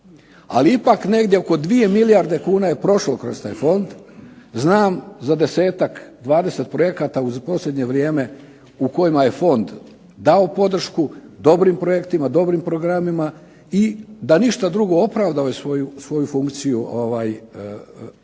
ali ipak negdje oko 2 milijarde kuna je prošlo kroz taj fond. Znam za 10-ak, 20 projekata u posljednje vrijeme u kojima je fond dao podršku dobrim projektima, dobrim programima i da ništa drugo opravdao je svoju funkciju čak